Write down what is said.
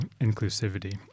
inclusivity